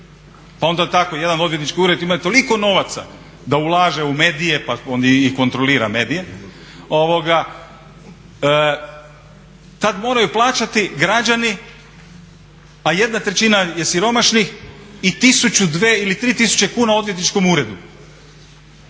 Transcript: Pa onda tako jedan odvjetnički ured ima toliko novaca da ulaže u medije, pa on i kontrolira medije, tad moraju plaćati građani a jedna trećina je siromašnih i 1000, 2000 ili 3000 kuna odvjetničkom uredu.